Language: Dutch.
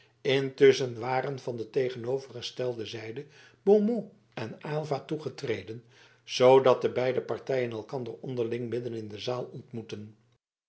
intusschen waren van de tegenovergestelde zijde beaumont en aylva toegetreden zoodat de beide partijen elkander onderling midden in de zaal ontmoetten